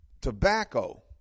tobacco